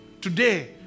Today